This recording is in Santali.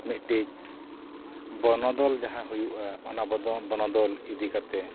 ᱢᱤᱫᱴᱤᱡ ᱵᱚᱱᱚᱫᱚᱞ ᱡᱟᱦᱟᱸ ᱦᱩᱭᱩᱜᱼᱟ ᱚᱱᱟ ᱵᱚᱱᱚᱫᱚᱞ ᱤᱫᱤ ᱠᱟᱛᱮ